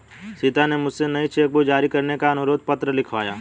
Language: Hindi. सीता ने मुझसे नई चेक बुक जारी करने का अनुरोध पत्र लिखवाया